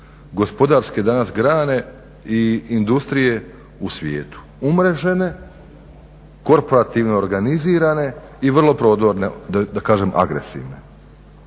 gospodarske danas grane i industrije u svijetu, umrežene, korporativno organizirane i vrlo prodorne da kažem agresivne.